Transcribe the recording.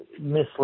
misled